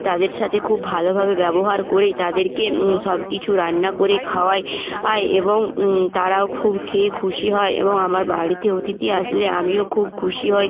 তাদের সাথে খুব ভালোভাবে ব্যবহার করে তাদেরকে সব কিছু রান্না করে খাওয়াই আই এবং তারাও খুব খেয়ে খুশি হয় এবং আমার বাড়িতে অতিথি আসলে আমিও খুব খুশি হই